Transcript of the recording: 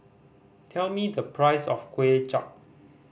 tell me the price of Kuay Chap